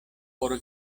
por